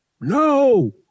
No